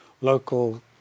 local